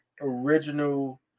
original